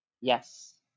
Yes